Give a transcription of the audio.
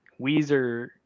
Weezer